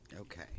Okay